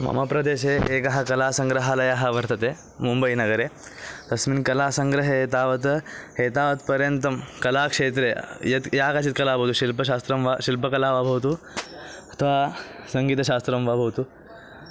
मम प्रदेशे एकः कलासङ्ग्रहालयः वर्तते मुम्बैनगरे तस्मिन् कलासङ्ग्रहे तावत् एतावत्पर्यन्तं कलाक्षेत्रे यत् या काचित् कला भविष्यति शिल्पशास्त्रं वा शिल्पकला वा भवतु अथवा सङ्गीतशास्त्रं वा भवतु